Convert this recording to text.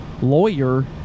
Lawyer